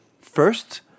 first